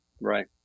Right